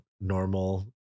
normal